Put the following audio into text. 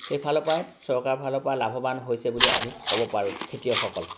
সেইফালৰ পৰাই চৰকাৰৰ ফালৰ পৰা লাভৱান হৈছে বুলি আমি ক'ব পাৰোঁ খেতিয়কসকল